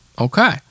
Okay